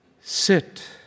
Sit